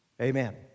Amen